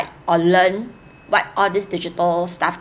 or learn what are this digital stuff